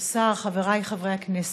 השר, חברי חברי הכנסת,